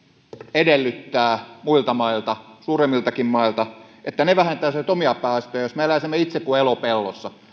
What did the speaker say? edellyttää muilta mailta suuremmiltakin mailta että ne vähentäisivät omia päästöjään jos me eläisimme itse kuin elopellossa